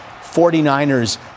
49ers